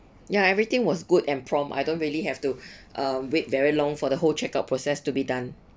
ya everything was good and prompt I don't really have to uh wait very long for the whole checkout process to be done